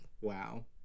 wow